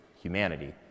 humanity